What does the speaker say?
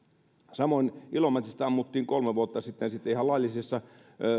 samoin ilomantsissa ammuttiin kolme vuotta sitten sitten ihan laillisessa